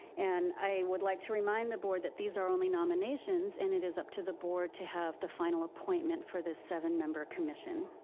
and i would like to remind the board that these are only nominations, and it is up to the board to have the final appointment for this seven member commission.